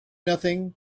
nothing